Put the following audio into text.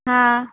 હા